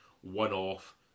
one-off